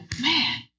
man